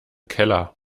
keller